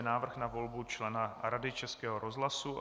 Návrh na volbu člena Rady Českého rozhlasu